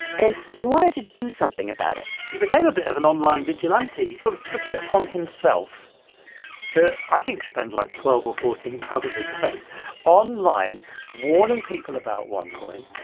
and he wanted to do something about it he became a bit of an online vigilante. he sort of took it upon himself to, i think, spend, like, twelve or fourteen hours a day online warning people about onecoin,